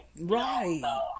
Right